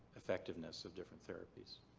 effectiveness of different therapies.